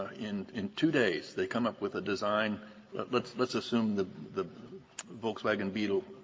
in in two days, they come up with a design let's let's assume the the volkswagen beetle